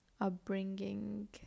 upbringing